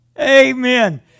Amen